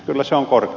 kyllä se on korkea